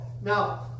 Now